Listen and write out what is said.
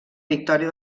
victòria